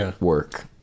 work